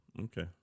Okay